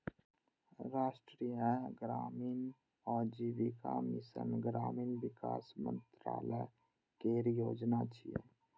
राष्ट्रीय ग्रामीण आजीविका मिशन ग्रामीण विकास मंत्रालय केर योजना छियै